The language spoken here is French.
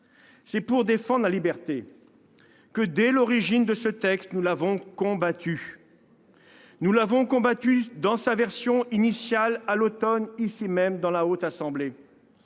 C'est pour défendre la liberté que, dès l'origine, nous avons combattu ce texte. Nous l'avons combattu, dans sa version initiale, à l'automne, ici même au sein de la Haute Assemblée.